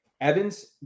Evans